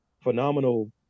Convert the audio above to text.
phenomenal